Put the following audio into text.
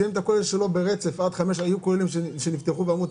סיים את שעות הכולל שלו ברצף ובשעה 5 הוא יצא לעבוד.